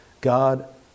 God